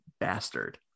bastard